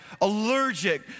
Allergic